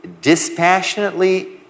dispassionately